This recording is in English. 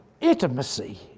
intimacy